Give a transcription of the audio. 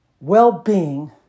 well-being